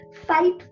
fight